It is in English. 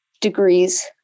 degrees